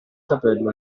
capello